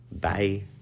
Bye